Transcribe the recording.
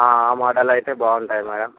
ఆ మోడల్ అయితే బాగుంటాయి మేడం